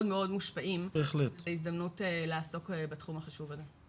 מושפעים וזו הזדמנות לעסוק בתחום החשוב הזה.